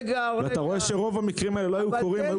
אתה רואה שרוב המקרים האלה היו קורים מעצמם.